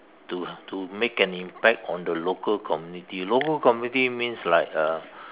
to to make an impact on the local community local community means like uh